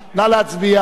נא להצביע.